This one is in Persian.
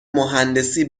مهندسی